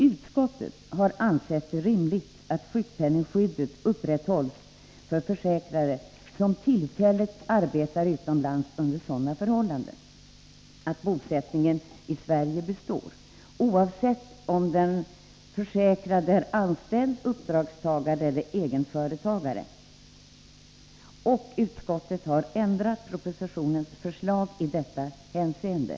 Utskottet har ansett det rimligt att sjukpenningskyddet upprätthålls för försäkrade som tillfälligt arbetar utomlands under sådana förhållanden att bosättningen i Sverige består, oavsett om den försäkrade är anställd, uppdragstagare eller egenföretagare. Utskottet har ändrat propositionens förslag i detta hänseende.